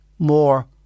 more